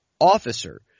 officer